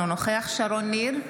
אינו נוכח שרון ניר,